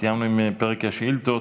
סיימנו עם פרק השאילתות.